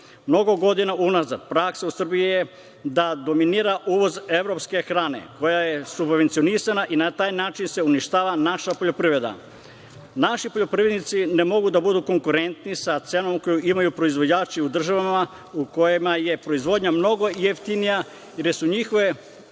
Mnogo godina unazad praksa u Srbiji je da dominira uvoz evropske hrane koja je subvencionisana i na taj način se uništava naša poljoprivreda. Naši poljoprivrednici ne mogu da budu konkurentni sa cenom koju imaju proizvođači u državama u kojima je proizvodnja mnogo jeftinija, jer su njihove